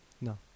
No